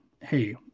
hey